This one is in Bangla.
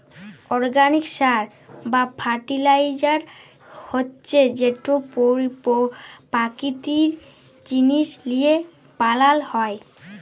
অরগ্যানিক সার বা ফার্টিলাইজার হছে যেট পাকিতিক জিলিস লিঁয়ে বালাল হ্যয়